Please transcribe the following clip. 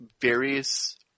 various